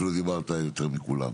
אפילו דיברת יותר מכולם,